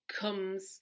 comes